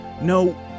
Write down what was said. no